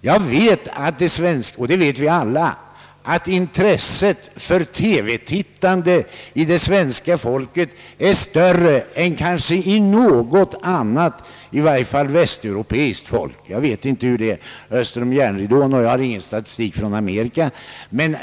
Jag vet, och det vet vi alla, att intresset för TV-tittandet hos svenska folket är större än hos kanske något annat folk, i varje fall något västeuropeiskt folk — jag vet inte hur det är i detta avseende öster om järnridån och jag har inte tillgång till någon statistik från Amerika — men